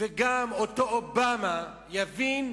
וגם אותו אובמה יבין,